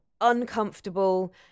uncomfortable